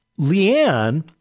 Leanne